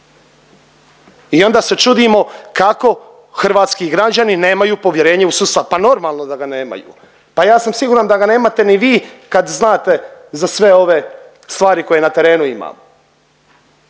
i onda se čudimo kako hrvatski građani nemaju povjerenje u sustav. Pa normalno da ga nemaju, pa ja sam siguran da ga nemate ni vi kad znate za sve ove stvari koje na terenu imamo